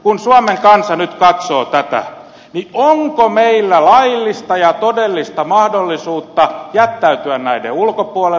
kun suomen kansa nyt katsoo tätä niin onko meillä laillista ja todellista mahdollisuutta jättäytyä näiden ulkopuolelle